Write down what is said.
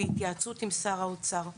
בהתייעצות עם שר האוצר.